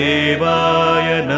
Devaya